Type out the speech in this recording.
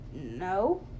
no